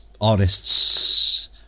artists